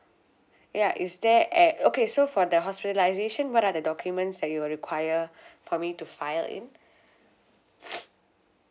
ya is there at okay so for the hospitalization what are the documents that you will require for me to file in